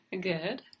Good